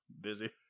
Busy